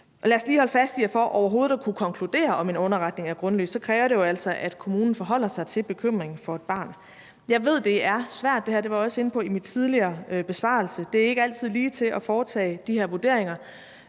lad os lige holde fast i, at for overhovedet at kunne konkludere, om en underretning er grundløs, kræver det jo altså, at kommunen forholder sig til bekymringen for et barn. Jeg ved, at det her er svært, og det var jeg også inde på i min tidligere besvarelse. Det er ikke altid ligetil at foretage de her vurderinger,